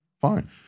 Fine